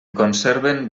conserven